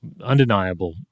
undeniable